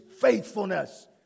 faithfulness